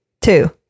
two